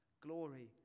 glory